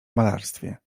malarstwie